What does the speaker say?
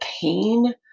pain